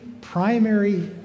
primary